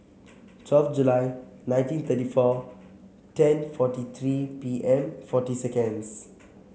twelve July nineteen thirty four ten forty three P M forty seconds